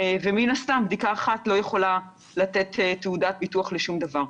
ומן הסתם בדיקה אחת לא יכולה לתת תעודת ביטוח לשום דבר.